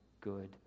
good